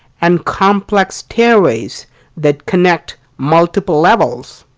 and complex stairways that connect multiple levels.